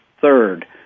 third